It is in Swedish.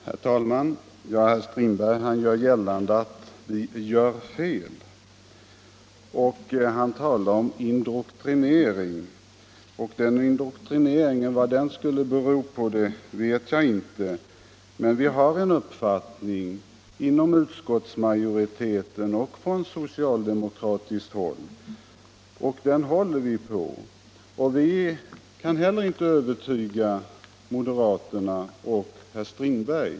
Herr talman! Herr Strindberg gjorde gällande att vi gör fel, och han sade att vi är doktrinära. Vari det doktrinära skulle bestå vet jag inte. Vi har inom utskottsmajoriteten och från socialdemokratiskt håll en uppfattning, och den håller vi på. Vi kan heller inte övertyga moderaterna och herr Strindberg.